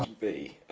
be?